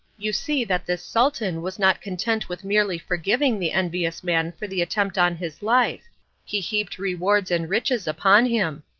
you see that this sultan was not content with merely forgiving the envious man for the attempt on his life he heaped rewards and riches upon him.